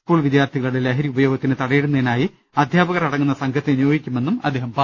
school വിദ്യാർത്ഥികളുടെ ലഹരി ഉപയോഗത്തിന് തടയിടുന്നതിനായി അധ്യാപകർ അടങ്ങുന്ന സംഘത്തെ നിയോഗിക്കുമെന്നും അദ്ദേഹം പറഞ്ഞു